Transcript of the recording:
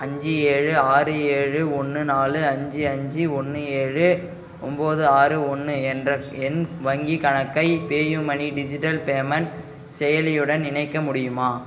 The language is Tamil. அஞ்சு ஏழு ஆறு ஏழு ஒன்று நாலு அஞ்சு அஞ்சு ஒன்று ஏழு ஒம்பது ஆறு ஒன்று என்ற என் வங்கிக் கணக்கை பேயூமனி டிஜிட்டல் பேமெண்ட் செயலியுடன் இணைக்க முடியுமா